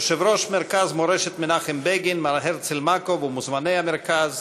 יושב-ראש מרכז מורשת מנחם בגין מר הרצל מקוב ומוזמני המרכז,